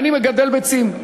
אני מגדל ביצים,